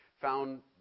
found